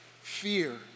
fear